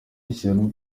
ishyano